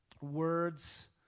words